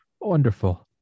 wonderful